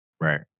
Right